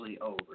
over